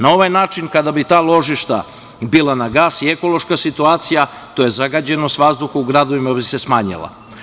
Na ovaj način kada bi ta ložišta bila na gas i ekološka situacija, tj. zagađenost vazduha u gradovima, bi se smanjila.